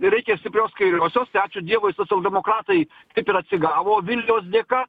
ir reikia stiprios kairiosios tai ačiū dievui socialdemokratai kaip ir atsigavo vilniaus dėka